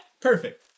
Perfect